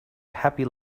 happy